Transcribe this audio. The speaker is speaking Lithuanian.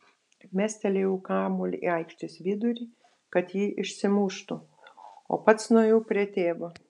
mestelėjau kamuolį į aikštės vidurį kad jį išsimuštų o pats nuėjau prie tėvo